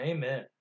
Amen